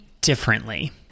differently